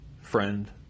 friend